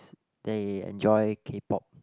they enjoy K-Pop